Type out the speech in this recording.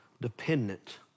dependent